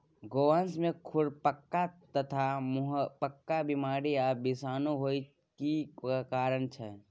गोवंश में खुरपका तथा मुंहपका बीमारी आ विषाणु होय के की कारण छै?